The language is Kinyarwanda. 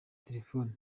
telefoni